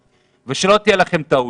ושלא תהיה לכם טעות,